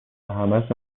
همشو